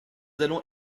allons